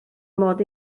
mod